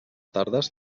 tardes